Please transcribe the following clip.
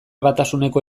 batasuneko